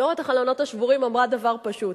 תיאוריית החלונות השבורים אמרה דבר פשוט.